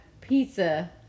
pizza